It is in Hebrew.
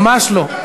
ממש לא.